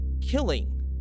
killing